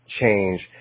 change